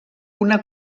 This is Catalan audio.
una